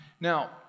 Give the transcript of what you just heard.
Now